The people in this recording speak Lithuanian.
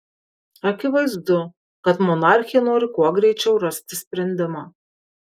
akivaizdu kad monarchė nori kuo greičiau rasti sprendimą